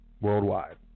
worldwide